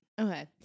Okay